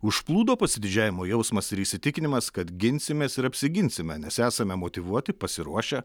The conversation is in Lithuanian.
užplūdo pasididžiavimo jausmas ir įsitikinimas kad ginsimės ir apsiginsime nes esame motyvuoti pasiruošę